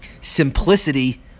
Simplicity